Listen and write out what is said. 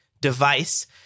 device